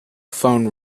phone